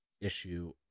issue